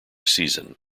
season